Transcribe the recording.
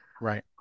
right